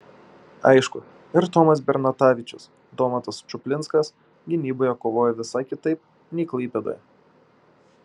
aišku ir tomas bernatavičius domantas čuplinskas gynyboje kovojo visai kitaip nei klaipėdoje